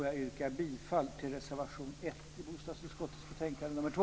Jag yrkar bifall till reservation 1 i bostadsutskottets betänkande nr 2.